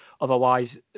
Otherwise